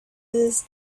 this